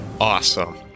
Awesome